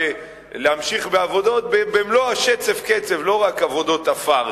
ולהמשיך בעבודות במלוא השצף-קצף לא רק עבודות עפר,